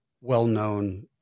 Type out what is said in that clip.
well-known